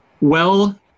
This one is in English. well-